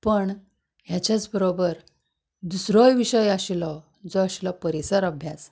पूण हाच्याच बरोबर दुसरोय विशय आशिल्लो जो आशिल्लो परिसर अभ्यास